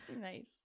Nice